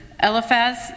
Eliphaz